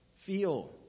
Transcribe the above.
feel